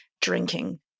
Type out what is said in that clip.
drinking